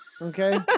okay